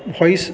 voice